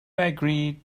agreed